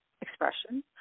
expression